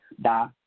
da